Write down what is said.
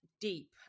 deep